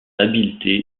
habileté